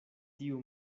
tiu